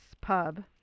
Pub